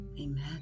Amen